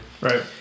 right